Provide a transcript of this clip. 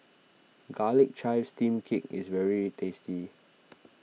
Garlic Chives Steamed Cake is very tasty